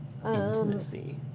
intimacy